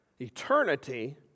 Eternity